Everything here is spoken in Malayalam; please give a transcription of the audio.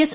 എസ്